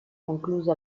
concluse